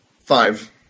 Five